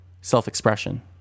self-expression